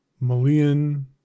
Malian